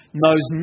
knows